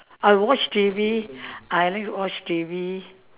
I watch T_V I like to watch T_V